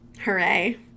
hooray